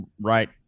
right